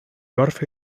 gorff